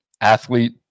athlete